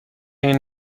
این